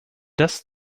das